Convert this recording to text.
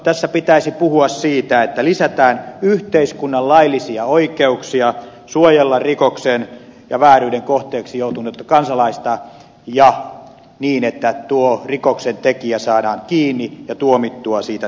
tässä pitäisi puhua siitä että lisätään yhteiskunnan laillisia oikeuksia suojella rikoksen ja vääryyden kohteeksi joutunutta kansalaista ja niin että rikoksentekijä saadaan kiinni ja tuomittua siitä teostaan